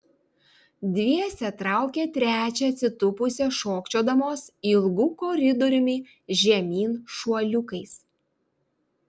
dviese traukė trečią atsitūpusią šokčiodamos ilgu koridoriumi žemyn šuoliukais